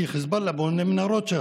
כי חיזבאללה בונה מנהרות שם.